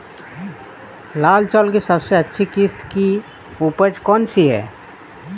लाल चावल की सबसे अच्छी किश्त की उपज कौन सी है?